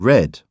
Red